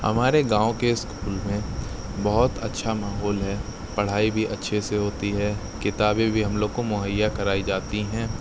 ہمارے گاؤں کے اسکول میں بہت اچھا ماحول ہے پڑھائی بھی اچھے سے ہوتی ہے کتابیں بھی ہم لوگ کو مہیا کرائی جاتی ہیں